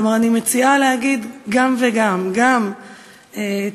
כלומר, אני מציעה להגיד גם וגם, גם תרבות